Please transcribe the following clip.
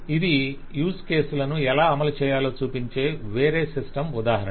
ఇది యూస్ కేసులను ఎలా అమలుచేయాలో చూపించే వేరే సిస్టమ్ ఉదాహరణ